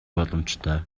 боломжтой